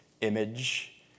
image